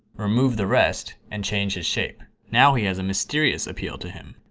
remove the rest and change his shape. now he has a mysterious appeal to him.